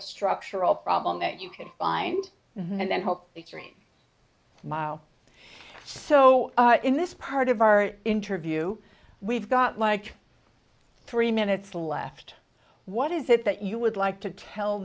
a structural problem that you could find and then hope the dream miles so in this part of our interview we've got like three minutes left what is it that you would like to tell